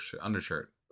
undershirt